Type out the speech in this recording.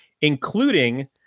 including